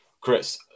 Chris